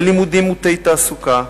בלימודים מוטֵי תעסוקה,